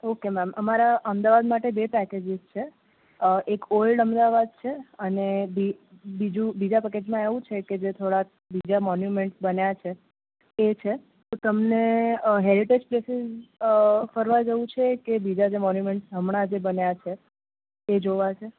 okay ma'am અમારા અમદાવાદ માટે બે પેકેજીસ છે એક ઓલ્ડ અમદાવાદ છે અને બી બીજું બીજા પેકેટમાં એવું છે કે જે થોડાક બીજા મોનયુમેન્ટ બન્યા છે એ છે તો તમને હેરીટેજ સ્પેશિયલ ફરવા જવું છે કે બીજા જે મોનયુમેન્ટ્સ હમણાં જે બન્યા છે એ જોવા છે